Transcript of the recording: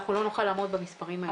אנחנו לא נוכל לעמוד במספרים האלה.